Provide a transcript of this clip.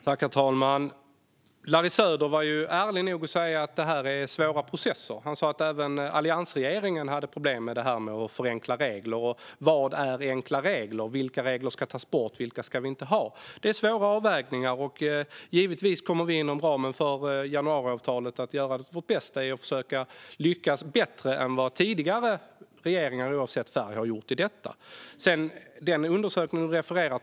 Herr talman! Larry Söder var ju ärlig nog att säga att det här är svåra processer. Han sa att även alliansregeringen hade problem med att förenkla regler. Och vad är enkla regler? Vilka regler ska tas bort och vilka ska vi ha? Det är svåra avvägningar. Givetvis kommer vi inom ramen för januariavtalet att göra vårt bästa för att lyckas bättre än tidigare regeringar, oavsett färg, har gjort med detta. David Josefsson refererar till en undersökning.